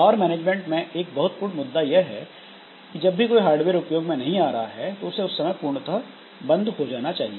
power management एक बहुत महत्वपूर्ण मुद्दा है जब भी कोई हार्डवेयर उपयोग में नहीं आ रहा है तो उसे उस समय पूर्णतः बंद हो जाना चाहिए